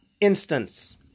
instance